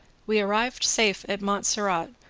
we arrived safe at montserrat,